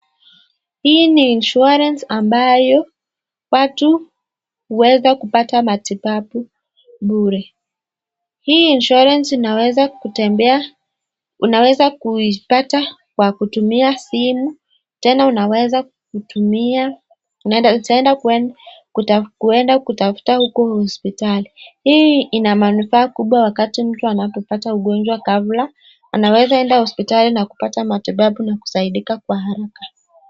Hii ni [insurance] ambayo watu huweza kupata matibabu bure. Hii [insurance] unaweza kuipata kwa kutumia simu tena unaweza kutumia kuenda kutafuta huko hospitali. Hii ina manufaa kubwa wakati mtu anapopata ugonjwa ghafla, anaweza enda hospitali na kupata matibabu, na kusaidika kwa haraka